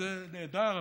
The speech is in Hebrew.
זה נהדר,